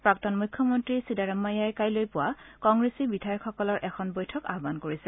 প্ৰাক্তন মুখ্যমন্ত্ৰী ছিদ্দাৰামায়াই কাইলৈ পুৱা কংগ্ৰেছী বিধায়কসকলৰ এখন বৈঠক আহান কৰিছে